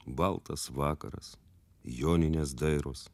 baltas vakaras joninės dairos